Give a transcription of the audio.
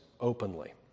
openly